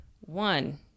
one